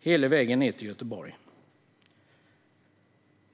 hela vägen ned till Göteborg.